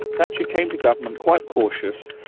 thatcher came to government quite cautious,